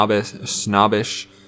snobbish